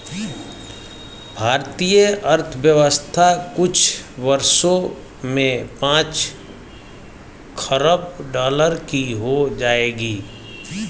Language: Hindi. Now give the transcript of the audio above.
भारतीय अर्थव्यवस्था कुछ वर्षों में पांच खरब डॉलर की हो जाएगी